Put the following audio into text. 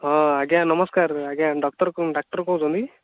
ହଁ ଆଜ୍ଞା ନମସ୍କାର ଆଜ୍ଞା ଡକ୍ଟର ଡାକ୍ତର କହୁଛନ୍ତି କି